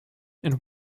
and